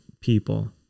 people